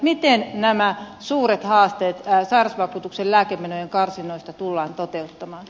miten nämä suuret haasteet sairausvakuutuksen lääkemenojen karsinnoista tullaan toteuttamaan